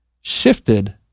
shifted